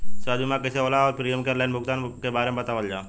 स्वास्थ्य बीमा कइसे होला और प्रीमियम के आनलाइन भुगतान के बारे में बतावल जाव?